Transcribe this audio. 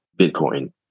Bitcoin